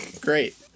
Great